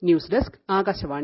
news desk Akashvani